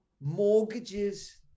mortgages